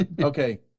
Okay